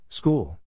School